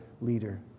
leader